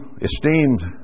esteemed